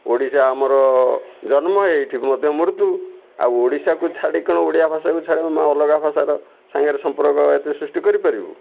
ଓଡ଼ିଶା ଆମର ଜନ୍ମ ଏଇଠି ମଧ୍ୟ ମୃତ୍ୟୁ ଆଉ ଓଡ଼ିଶାକୁ ଛାଡ଼ି କ'ଣ ଓଡ଼ିଆ ଭାଷାକୁ ଛାଡ଼ି ଆମେ ଅଲଗା ଭାଷାର ସାଙ୍ଗରେ ସମ୍ପର୍କ ଏତେ ସୃଷ୍ଟି କରିପାରିବୁ